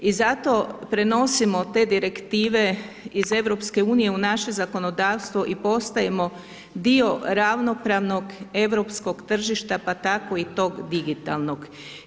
I zato prenosimo te direktive iz EU u naše zakonodavstvo i postajemo dio ravnopravnog europskog tržišta, pa tako i tog digitalnog.